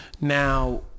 Now